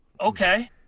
Okay